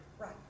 Right